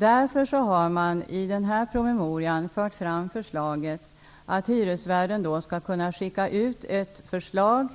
Man har därför i denna promemoria fört fram förslaget att hyresvärden skall kunna skicka ut ett förslag